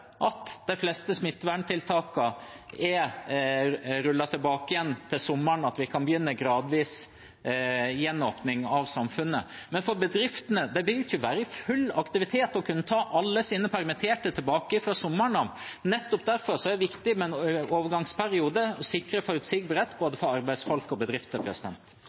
at de fleste smitteverntiltakene er rullet tilbake igjen til sommeren, og at vi kan begynne gradvis gjenåpning av samfunnet, men bedriftene vil jo ikke være i full aktivitet og kunne ta alle sine permitterte tilbake fra sommeren av. Nettopp derfor er det viktig med en overgangsperiode og å sikre forutsigbarhet for både arbeidsfolk og bedrifter.